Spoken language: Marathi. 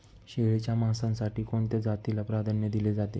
शेळीच्या मांसासाठी कोणत्या जातीला प्राधान्य दिले जाते?